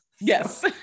Yes